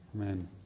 Amen